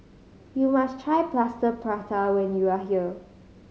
you must try Plaster Prata when you are here